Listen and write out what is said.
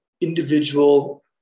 individual